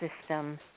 system